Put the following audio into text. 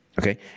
okay